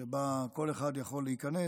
שבה כל אחד יכול להיכנס